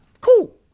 Cool